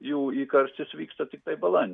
jų įkarštis vyksta tiktai balandį